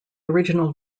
original